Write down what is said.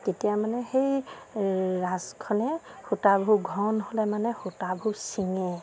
তেতিয়া মানে সেই ৰাঁচখনে সূতাবোৰ ঘন হ'লে মানে সূতাবোৰ ছিঙে